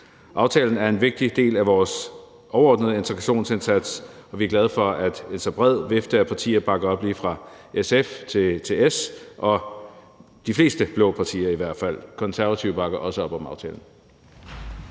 Aftalen er en vigtig del af vores overordnede integrationsindsats, og vi er glade for, at en så bred vifte af partier bakker op, lige fra SF til S og i hvert fald de fleste blå partier. Konservative bakker også op om aftalen.